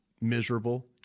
miserable